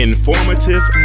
Informative